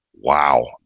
wow